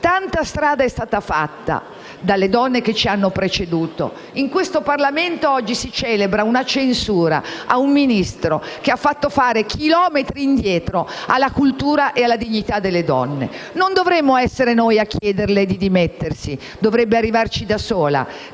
Tanta strada è stata fatta dalle donne che ci hanno preceduto. In questo Parlamento oggi si celebra una censura a un Ministro che ha fatto fare chilometri indietro alla cultura e alla dignità delle donne. Non dovremmo essere noi a chiederle di dimettersi, ma dovrebbe capire da sola